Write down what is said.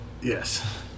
Yes